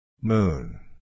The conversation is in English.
Moon